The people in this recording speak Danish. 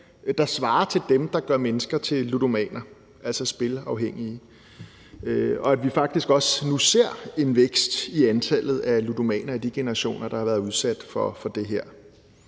der svarer til dem, der gør mennesker til ludomaner, altså spilafhængige; hvordan vi faktisk også nu ser en vækst i antallet af ludomaner i de generationer, der har været udsat for det her;